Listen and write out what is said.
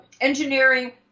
engineering